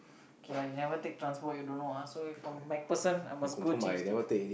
okay lah you never take transport you don't ah so from MacPherson I must go change to